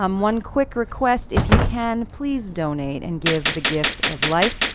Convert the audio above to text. um one quick request, if you can, please donate and give the gift of life.